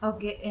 Okay